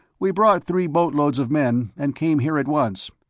we brought three boatloads of men, and came here at once.